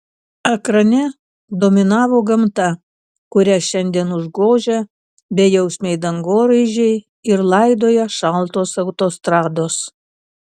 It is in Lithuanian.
ekrane dominavo gamta kurią šiandien užgožia bejausmiai dangoraižiai ir laidoja šaltos autostrados